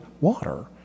water